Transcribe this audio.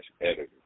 editor